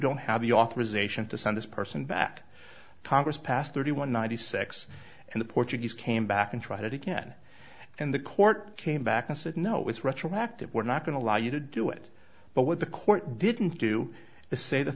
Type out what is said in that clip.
don't have the authorization to send this person back congress passed thirty one ninety six and the portuguese came back and tried it again and the court came back and said no it's retroactive we're not going to allow you to do it but what the court didn't do the say the